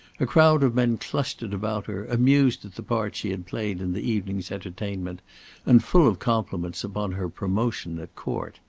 a crowd of men clustered about her, amused at the part she had played in the evening's entertainment and full of compliments upon her promotion at court.